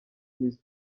miss